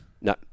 No